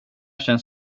känns